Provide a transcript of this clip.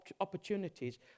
opportunities